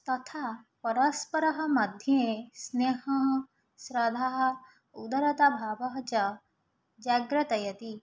तथा परस्परं मध्ये स्नेहः श्रद्धा उदारताभावः च जागरयति